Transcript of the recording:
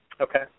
Okay